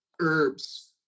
herbs